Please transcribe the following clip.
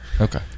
okay